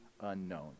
unknown